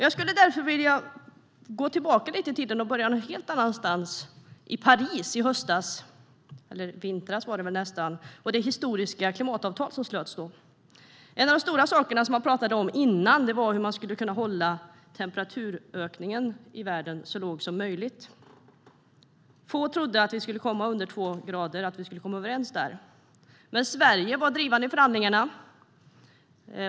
Jag skulle vilja därför vilja gå tillbaka lite i tiden och börja någon helt annanstans, nämligen i Paris i höstas - eller vintras, var det väl nästan. Där slöts ett historiskt klimatavtal. En av de stora saker som man talade om innan var hur man skulle kunna hålla temperaturökningen i världen så låg som möjligt. Få trodde att vi skulle komma överens under två grader. Sverige var drivande i förhandlingarna.